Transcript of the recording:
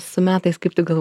su metais kaip tik gal